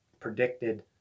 predicted